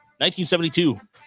1972